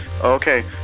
Okay